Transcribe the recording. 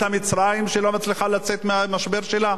את מצרים שלא מצליחה לצאת מהמשבר שלה?